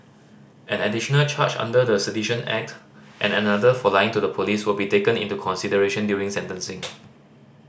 an additional charge under the Sedition Act and another for lying to the police will be taken into consideration during sentencing